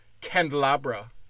candelabra